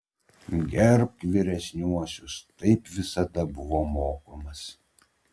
gerbk vyresniuosius taip visada buvo mokomas